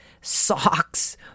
socks